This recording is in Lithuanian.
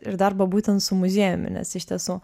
ir darbą būtent su muziejumi nes iš tiesų